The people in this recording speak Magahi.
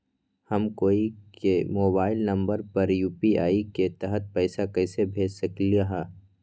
हम कोई के मोबाइल नंबर पर यू.पी.आई के तहत पईसा कईसे भेज सकली ह?